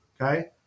okay